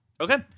Okay